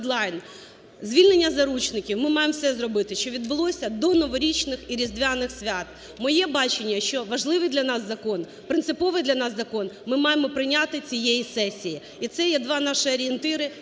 Звільнення заручників, ми маємо все зробити, щоб відбулося до новорічних і різдвяних свят. Моє бачення, що важливий для нас закон, принциповий для нас закон ми маємо прийняти цієї сесії. І це є два наші орієнтири,